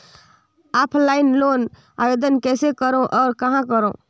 Offline loan आवेदन कइसे करो और कहाँ करो?